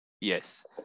Yes